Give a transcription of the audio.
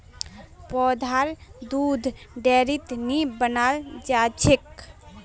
पौधार दुध डेयरीत नी बनाल जाछेक